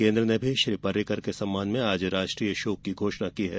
केन्द्र ने भी श्री पर्रिकर के सम्मान में आज राष्ट्रीय शोक की घोषणा की है